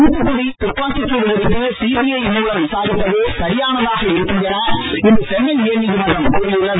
தூத்துக்குடி துப்பாக்கிச்தடு குறித்து சிபிஐ மூலம் விசாரிப்பதே சரியானதாக இருக்கும் என இன்று சென்னை உயர்நீதிமன்றம் கூறியுள்ளது